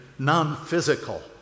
non-physical